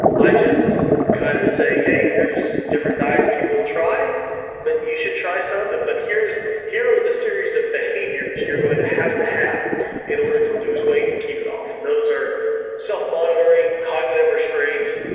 i just kind of say, hey, here's different diets people try and you should try some. and but here are the series of behaviors you're going to have to have in order to lose weight and keep it off. and those are self-monitoring, cognitive restraint,